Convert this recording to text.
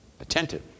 attentive